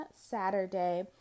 Saturday